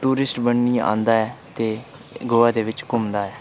tourist बनियै आंदा ऐ ते गोवा दे बिच घूमदा ऐ